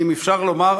אם אפשר לומר,